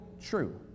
true